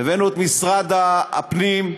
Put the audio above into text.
הבאנו את משרד הפנים.